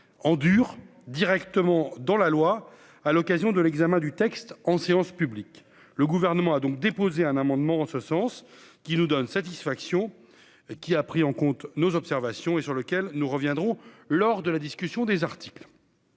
en dur directement dans la loi, à l'occasion de l'examen du texte en séance publique, le gouvernement a donc déposé un amendement en ce sens qu'nous donne satisfaction, qui a pris en compte nos observations et sur lequel nous reviendrons lors de la discussion des articles.